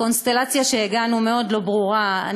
הקונסטלציה שהגענו אליה לא ברורה מאוד.